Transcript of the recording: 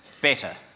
better